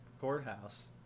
courthouse